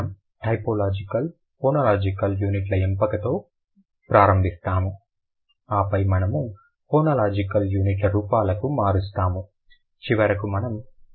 మనము ఫోనోలాజికల్ యూనిట్ల ఎంపికతో ప్రారంభిస్తాము ఆపై మనము ఫోనోలాజికల్ యూనిట్ల రూపాలకు మారుస్తాము చివరకు మనము ఫోనోలాజికల్ యూనిట్ల క్రమానికి వెళ్తాము